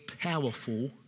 powerful